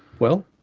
well,